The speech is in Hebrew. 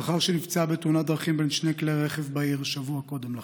לאחר שנפצעה בתאונת דרכים בין שני כלי רכב בעיר שבוע קודם לכן,